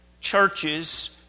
churches